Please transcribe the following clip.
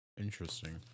Interesting